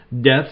Deaths